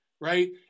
right